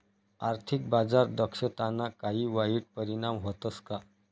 आर्थिक बाजार दक्षताना काही वाईट परिणाम व्हतस का